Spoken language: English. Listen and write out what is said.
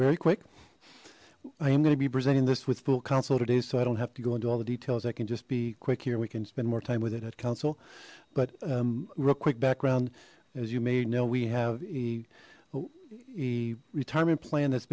very quick i am gonna be presenting this with full council today so i don't have to go into all the details i can just be quick here we can spend more time with it at council but real quick background as you may know we have a retirement plan that's